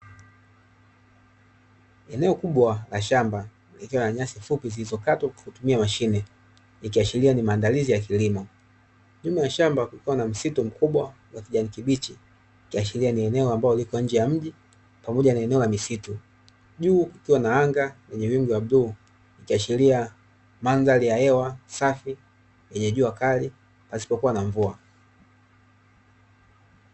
Eneo kubwa la shamba, likiwa na nyasi fupi zilizokatwa kwa kutumia mashine, likiashiria ni maandalizi ya kilimo, nyuma ya shamba kukiwa na msitu mkubwa wa kijani kibichi ikiashiria ni eneo ambalo liko nje ya mji pamoja na eneo la misitu, juu kukiwa na anga lenye wingu la bluu ikiashiria mandhali ya hewa safi yenye jua kali pasipo kuwa na mvua.